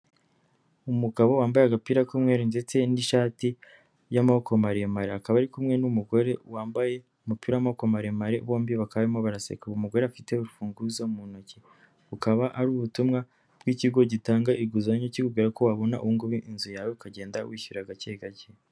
Umugabo wambaye agapira k'umweru ndetse n'ishati y'amaboko maremare, akaba ari kumwe n'umugore wambaye umupira w'amaboko maremare bombi bakabamo baraseka, uyu mugore afite urufunguzo mu ntoki, bukaba ari ubutumwa bw'ikigo gitanga inguzanyo kikubwira ko wabona ubu ngubu inzu yawe ukagenda wishyura gake gake.